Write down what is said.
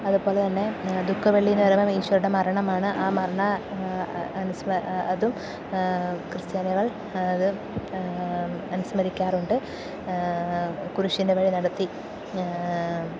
അതെപോലെ തന്നെ ദുഃഖവള്ളി ഈശോയുടെ മരണമാണ് ആ മരണം അതും ക്രിസ്ത്യാനികൾ അത് അനുസ്മരിക്കാറുണ്ട് കുരിശിൻ്റെ വഴി നടത്തി